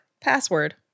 Password